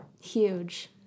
huge